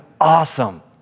awesome